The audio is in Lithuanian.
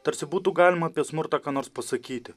tarsi būtų galima apie smurtą ką nors pasakyti